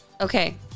Okay